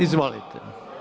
Izvolite.